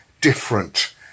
different